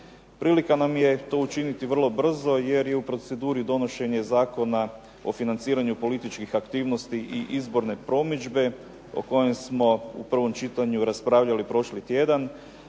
Prilika nam je to učiniti vrlo brzo jer je u proceduri donošenje Zakona o financiranju političkih aktivnosti i izborne promidžbe o kojem smo u prvom čitanju raspravljali prošli tjedan,